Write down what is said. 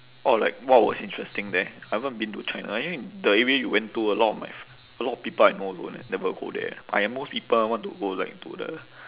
orh like what was interesting there I haven't been to china anyway the area you went to a lot of my f~ a lot of people I know also never go there but I most people want to go like to the